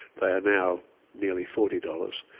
they are now nearly forty dollars.